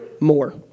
more